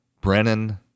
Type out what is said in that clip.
Brennan